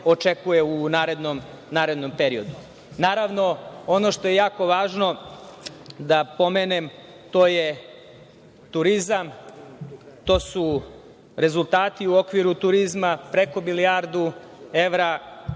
očekuje u narednom periodu. Naravno, ono što je jako važno da pomenem jeste turizam, to su rezultati u okviru turizma. Preko milijardu evra